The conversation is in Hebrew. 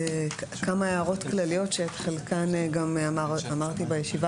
כמה הערות כלליות שאת חלקן גם אמרתי בישיבה